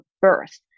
birth